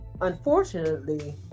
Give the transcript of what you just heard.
unfortunately